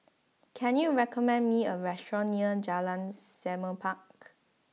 can you recommend me a restaurant near Jalan Semerbak